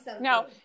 No